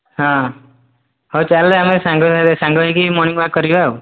ହଁ ହଉ ଚାଲେ ଆମେ ସାଙ୍ଗ ସାଙ୍ଗ ହୋଇକି ମର୍ଣ୍ଣିଂ ୱାକ୍ କରିବା ଆଉ